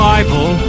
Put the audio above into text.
Bible